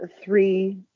three